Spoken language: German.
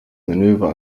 manöver